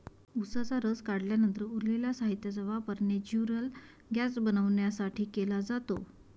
उसाचा रस काढल्यानंतर उरलेल्या साहित्याचा वापर नेचुरल गैस बनवण्यासाठी केला जातो